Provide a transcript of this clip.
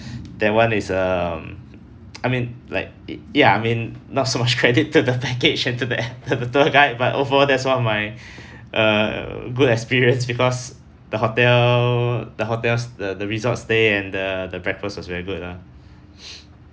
that one is um I mean like it ya I mean not so much credit to the package and to the to the tour guide but overall that's what my err good experience because the hotel the hotels the the resort stay and the the breakfast was very good lah